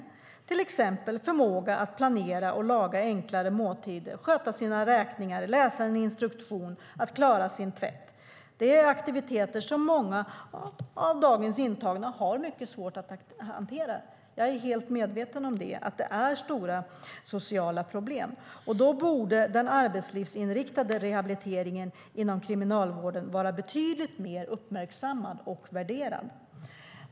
Det kan handla om att träna upp förmågan att planera och laga enklare måltider, sköta sina räkningar, läsa en instruktion eller att klara sin tvätt. Det är aktiviteter som många av dagens intagna har mycket svårt att hantera. Jag är helt medveten om att det är stora sociala problem, och då borde den arbetslivsinriktade rehabiliteringen inom kriminalvården vara betydligt mer uppmärksammad och värderad.